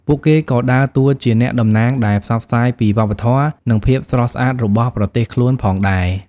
ពួកគេក៏ដើរតួជាអ្នកតំណាងដែលផ្សព្វផ្សាយពីវប្បធម៌និងភាពស្រស់ស្អាតរបស់ប្រទេសខ្លួនផងដែរ។